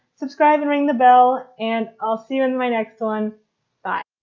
subscribe and ring the bell, and i'll see you in my next one bye